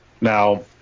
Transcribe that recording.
Now